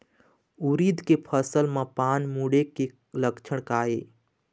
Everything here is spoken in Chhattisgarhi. उरीद के फसल म पान मुड़े के लक्षण का ये?